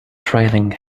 trailing